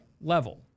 level